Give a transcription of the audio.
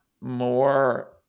more